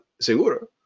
seguro